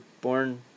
born